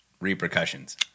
repercussions